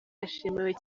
yashimiwe